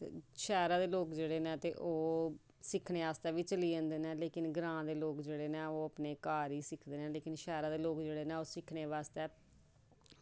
ते शैह्रे दे लोग जेह्ड़े न ओह् सिक्खने आस्तै बी चली जंदे न कि ओह् अपने घर गै सिक्खी लैन लेकिन शैह्र दे लोक जेह्ड़े न ओह् सिक्खनै बास्तै